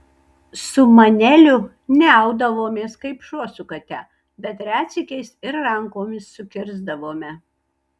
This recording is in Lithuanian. su maneliu niaudavomės kaip šuo su kate bet retsykiais ir rankomis sukirsdavome